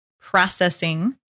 processing